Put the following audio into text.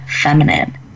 feminine